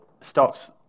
stocks